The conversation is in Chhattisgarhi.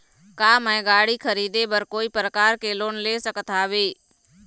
का मैं गाड़ी खरीदे बर कोई प्रकार के लोन ले सकत हावे?